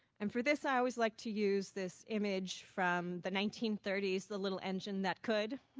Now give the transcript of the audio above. and for this, i always like to use this image from the nineteen thirty s, the little engine that could.